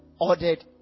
ordered